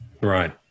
Right